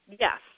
Yes